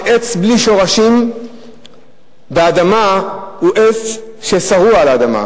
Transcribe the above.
שעץ בלי שורשים באדמה הוא עץ ששרוע על האדמה,